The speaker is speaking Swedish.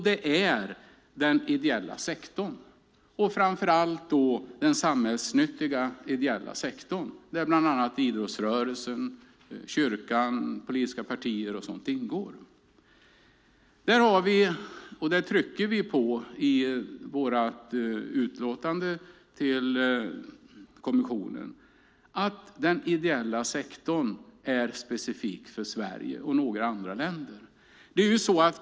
Det gäller den ideella sektorn, framför allt den samhällsnyttiga ideella sektorn där bland annat idrottsrörelsen, kyrkan och politiska partier ingår. I vårt utlåtande till kommissionen trycker vi på att den ideella sektorn är specifik för Sverige och några andra länder.